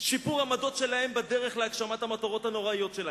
שיפור עמדות שלהם בדרך להגשמת המטרות הנוראיות שלהם.